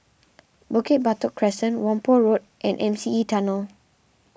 Bukit Batok Crescent Whampoa Road and M C E Tunnel